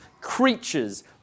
creatures